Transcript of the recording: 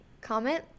comment